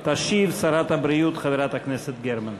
ברכות לחברת הכנסת קארין